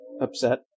upset